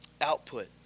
output